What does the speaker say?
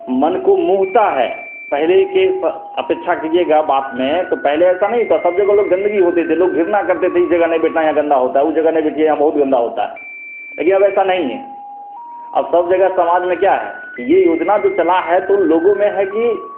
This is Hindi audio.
मन को मोहता है पहले के स अपेक्षा कीजिएगा बात में तो पहले ऐसा नहीं था सब जगह लोग गंदगी होते थे लोग घृणा करते थे इस जगह नहीं बैठना यहाँ गन्दा होता उस जगह नहीं बैठिएगा बहुत गन्दा होता है लेकिन अब ऐसा नही हैं अब सब जगह समाज में क्या है कि ये योजना जो चला है तो लोगों में है कि